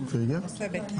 אחד.